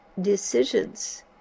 decisions